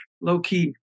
low-key